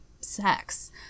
sex